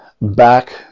back